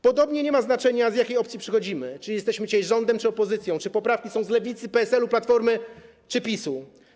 Podobnie nie ma znaczenia to, z jakiej opcji przychodzimy, czy jesteśmy dzisiaj rządem, czy opozycją, czy poprawki są z Lewicy, PSL-u, Platformy, czy PiS-u.